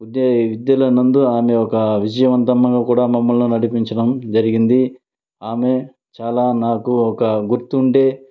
విద్య విద్యలో నందు ఆమె యొక్క విజయంవంతంగా కూడ మమ్మల్ని నడిపించడం జరిగింది ఆమె చాలా నాకు ఒక గుర్తుండే